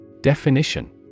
Definition